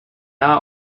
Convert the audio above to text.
are